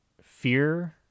fear